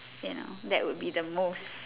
you know that would be the most